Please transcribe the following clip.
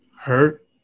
hurt